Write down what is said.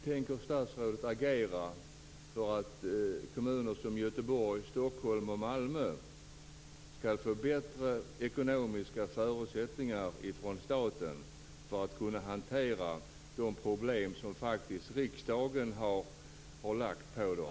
Tänker statsrådet agera för att kommuner som Göteborg, Stockholm och Malmö skall få bättre ekonomiska förutsättningar från staten för att kunna hantera de problem som riksdagen faktiskt har ålagt dem?